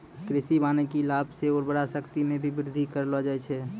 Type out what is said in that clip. कृषि वानिकी लाभ से उर्वरा शक्ति मे भी बृद्धि करलो जाय छै